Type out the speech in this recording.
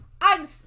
I'm-